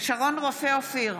שרון רופא אופיר,